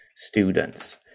students